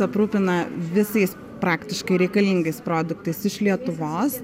aprūpina visais praktiškai reikalingais produktais iš lietuvos